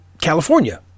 California